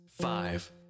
five